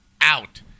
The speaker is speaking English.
Out